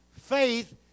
faith